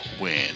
win